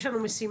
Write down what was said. יש לנו משימה,